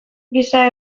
giza